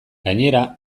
gainera